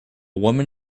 woman